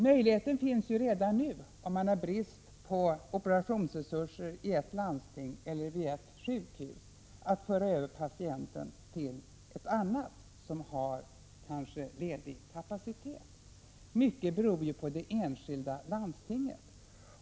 Möjligheten finns ju redan nu, om man har brist på operationsresurser i ett landsting eller vid ett sjukhus, att föra över patienter till ett annat, som kanske har ledig kapacitet. Mycket beror ju på det enskilda landstinget.